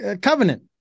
covenant